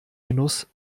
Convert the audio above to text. genuss